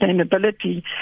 sustainability